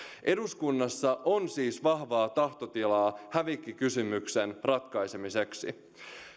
eduskunnassa on siis vahvaa tahtotilaa hävikkikysymyksen ratkaisemiseksi